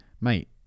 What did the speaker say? mate